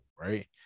right